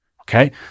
okay